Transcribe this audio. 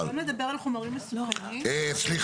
דווקא מחולון שם הבית קרס ונפל.